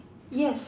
yes